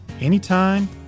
anytime